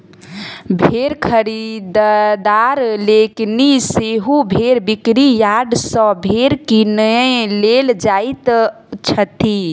भेंड़ खरीददार लोकनि सेहो भेंड़ बिक्री यार्ड सॅ भेंड़ किनय लेल जाइत छथि